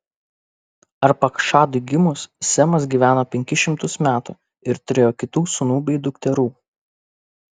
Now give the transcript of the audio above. arpachšadui gimus semas gyveno penkis šimtus metų ir turėjo kitų sūnų bei dukterų